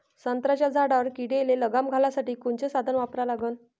संत्र्याच्या झाडावर किडीले लगाम घालासाठी कोनचे साधनं वापरा लागन?